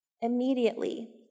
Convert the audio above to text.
Immediately